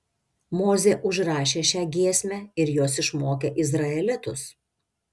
mozė užrašė šią giesmę ir jos išmokė izraelitus